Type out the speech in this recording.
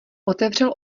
otevřel